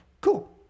cool